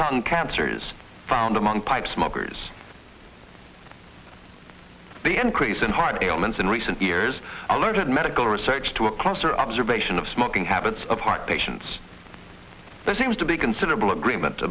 tongue cancer is found among pipe smokers the increase in heart ailments in recent years alerted medical research to a closer observation of smoking habits of heart patients there seems to be considerable agreement